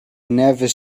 never